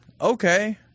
okay